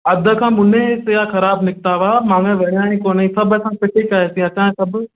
अध खां मुने सेयां ख़राबु निकिता हुआ माॻेई वणिया ई कोनी सभु असां फिटी कयासीं असांजा सभु